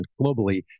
globally